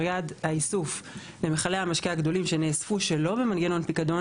יעד האיסוף למכלי המשקה הגדולים שנאספו שלא במנגנון פיקדון